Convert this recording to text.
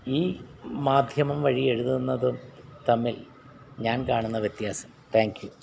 ഈ മാധ്യമം വഴി എഴുതുന്നതും തമ്മിൽ ഞാൻ കാണുന്ന വ്യത്യാസം താങ്ക് യ്യൂ